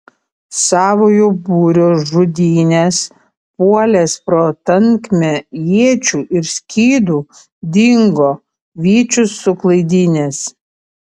savojo būrio žudynes puolęs pro tankmę iečių ir skydų dingo vyčius suklaidinęs